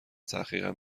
تحقیقم